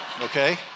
Okay